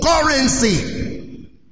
Currency